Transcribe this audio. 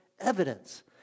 evidence